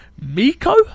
Miko